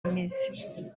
meze